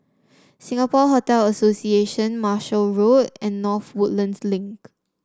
Singapore Hotel Association Marshall Road and North Woodlands Link